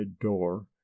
door